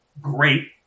great